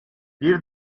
bir